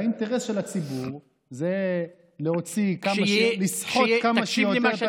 והאינטרס של הציבור זה לסחוט כמה שיותר